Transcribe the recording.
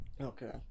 Okay